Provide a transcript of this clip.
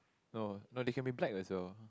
no no they can be black as well